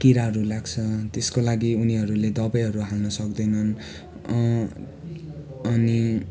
किराहरू लाग्छ त्यसको लागि उनीहरूले दबाईहरू हाल्नु सक्दैनन् अनि